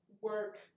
work